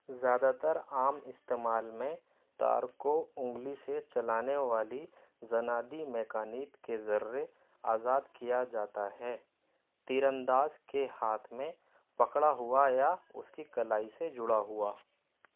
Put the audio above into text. زیادہ تر عام استعمال میں تار کو انگلی سے چلانے والی زنادی میکانیت کے ذرے آزاد کیا جاتا ہے تیر انداز کے ہاتھ میں پکڑا ہوا یا اس کی کلائی سے جڑا ہوا